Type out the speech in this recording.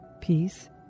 Peace